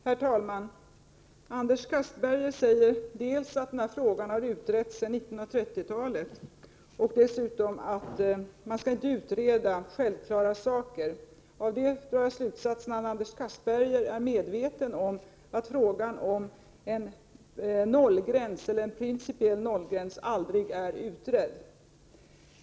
Herr talman! Anders Castberger säger dels att frågan har utretts sedan 1930-talet, dels att man inte skall utreda självklara saker. Av det drar jag slutsatsen att Anders Castberger är medveten om att frågan om en principiell nollgräns aldrig är utredd.